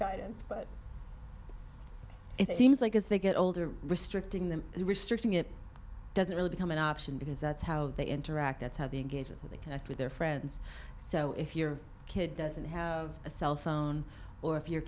guidance but it seems like as they get older restricting them restricting it doesn't really become an option because that's how they interact that's how the engages who they connect with their friends so if your kid doesn't have a cell phone or if your